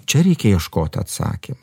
čia reikia ieškot atsakymo